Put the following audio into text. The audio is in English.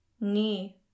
knee